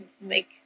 make